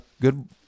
good